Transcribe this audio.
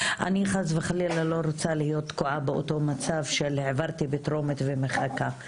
אני חס וחלילה לא רוצה להיות תקועה באותו מצב של העברתי בטרומית ומחכה.